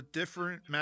different